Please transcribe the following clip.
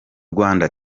rwanda